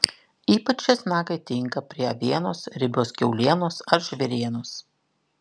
ypač česnakai tinka prie avienos riebios kiaulienos ar žvėrienos